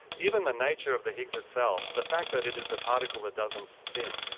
even the nature of the higgs itself, the fact that it is a particle that doesn't spin,